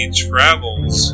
travels